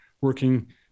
working